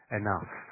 enough